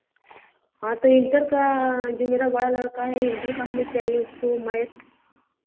तो इन्टर का जो मेरा बड़ा लड़का है इन्टर का क्या यह इसको मैं